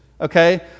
Okay